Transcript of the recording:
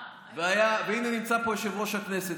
והינה נמצא פה יושב-ראש הכנסת,